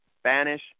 Spanish